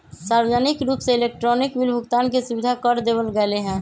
सार्वजनिक रूप से इलेक्ट्रॉनिक बिल भुगतान के सुविधा कर देवल गैले है